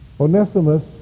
Onesimus